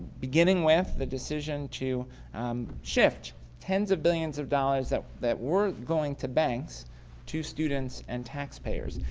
beginning with the decision to um shift tens of billions of dollars that that were going to banks to students and tax payers.